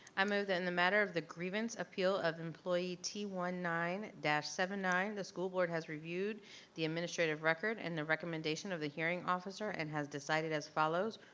i move that in the matter of the grievance appeal of employee t one nine seventy nine the school board has reviewed the administrative record and the recommendation of the hearing officer and has decided as follows,